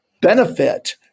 benefit